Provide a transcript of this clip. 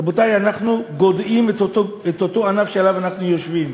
רבותי, אנחנו גודעים את הענף שעליו אנחנו יושבים.